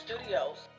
Studios